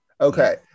okay